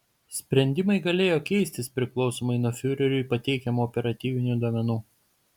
sprendimai galėjo keistis priklausomai nuo fiureriui pateikiamų operatyvinių duomenų